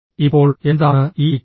ഇപ്പോൾ എന്താണ് ഈ ഇക്യു